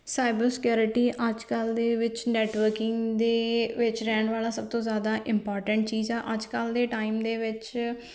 cyber security ਅੱਜ ਕੱਲ੍ਹ ਦੇ ਵਿੱਚ ਨੈਟਵਰਕਿੰਗ ਦੇ ਵਿੱਚ ਰਹਿਣ ਵਾਲਾ ਸਭ ਤੋਂ ਜ਼ਿਆਦਾ ਇਮਪੋਰਟੈਂਟ ਚੀਜ਼ ਆ ਅੱਜ ਕੱਲ੍ਹ ਦੇ ਟਾਈਮ ਦੇ ਵਿੱਚ